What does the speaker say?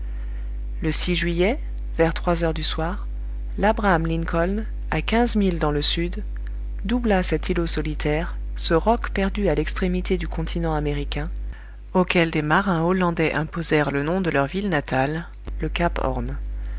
le juillet vers trois heures du soir i'abraham lincoln à quinze milles dans le sud doubla cet îlot solitaire ce roc perdu à l'extrémité du continent américain auquel des marins hollandais imposèrent le nom de leur villa natale le cap horn